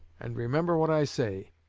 and remember what i say.